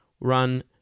run